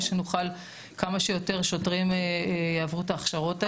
שנוכל כמה שיותר שוטרים שיעברו את ההכשרות האלה,